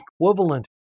equivalent